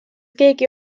keegi